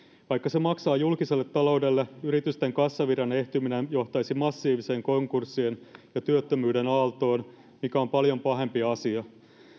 vaikka se maksaa julkiselle taloudelle yritysten kassavirran ehtyminen johtaisi massiiviseen konkurssien ja työttömyyden aaltoon mikä on paljon pahempi asia